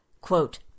Quote